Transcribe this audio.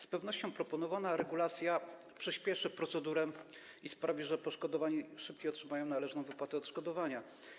Z pewnością proponowana regulacja przyspieszy procedurę i sprawi, że poszkodowani szybciej otrzymają należną wypłatę odszkodowania.